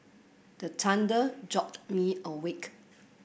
the thunder jolt me awake